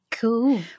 Cool